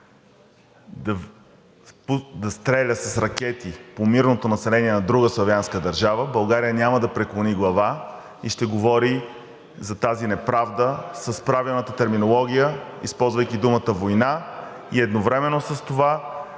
да стреля с ракети по мирното население на друга славянска държава, България няма да преклони глава и ще говори за тази неправда с правилната терминология, използвайки думата война, и едновременно с това